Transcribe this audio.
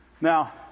Now